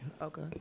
Okay